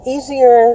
Easier